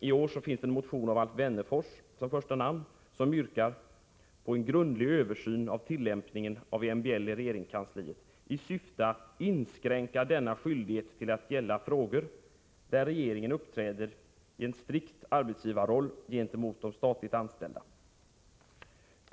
I år finns det en motion med Alf Wennerfors som första namn där det yrkas på en grundlig översyn av tillämpningen av MBL i regeringskansliet i syfte att inskränka denna skyldighet till att gälla frågor där regeringen uppträder i en strikt arbetsgivarroll gentemot de statligt anställda.